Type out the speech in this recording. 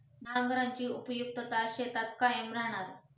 नांगराची उपयुक्तता शेतीत कायम राहणार